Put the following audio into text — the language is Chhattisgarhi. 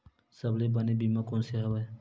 सबले बने बीमा कोन से हवय?